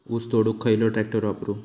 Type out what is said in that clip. ऊस तोडुक खयलो ट्रॅक्टर वापरू?